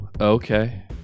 Okay